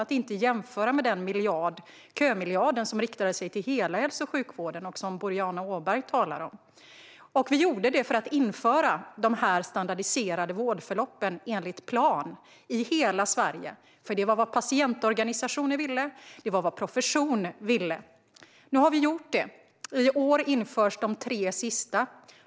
Den ska inte jämföras med den kömiljard som Boriana Åberg talar om och som riktade sig till hela hälso och sjukvården. Vi gjorde detta för att införa de standardiserade vårdförloppen enligt plan i hela Sverige. Det var vad patientorganisationer och professionen ville, och nu har vi gjort det. I år införs de tre sista.